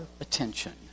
attention